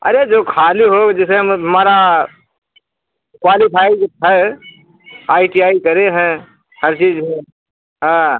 अरे जो खाली हो जैसे हमें हमारा क्वालिफ़ाई जो है आई टी आई करें हैं हर चीज है हाँ